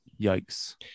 Yikes